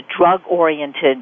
drug-oriented